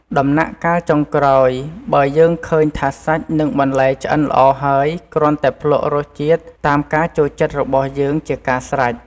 ដំណាក់កាលចុងក្រោយ បើយើងឃើញថាសាច់និងបន្លែឆ្អិនល្អហើយ គ្រាន់តែភ្លក់រសជាតិតាមការចូលចិត្តរបស់យើងជាការស្រេច។